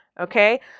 Okay